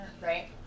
right